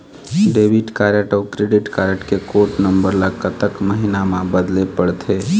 Debit card अऊ credit card code कोड नंबर ला कतक महीना मा बदले पड़थे?